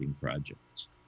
projects